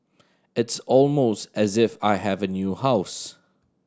it's almost as if I have a new house